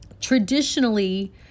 traditionally